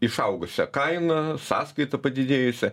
išaugusią kainą sąskaitą padidėjusią